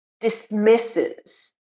dismisses